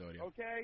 Okay